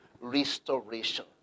restoration